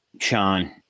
Sean